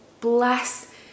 Bless